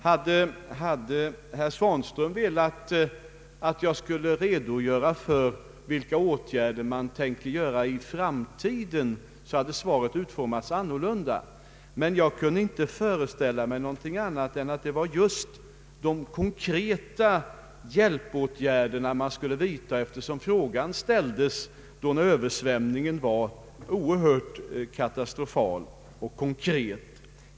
Hade herr Svanström velat att jag skulle redogöra för de åtgärder man tänker vidta i framtiden, hade svaret utformats annorlunda. Jag kunde inte föreställa mig något annat än att det var just de konkreta hjälpåtgärderna frågan gällde, eftersom frågan ställdes när översvämningen var mest katastrofal.